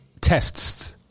tests